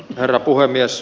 herra puhemies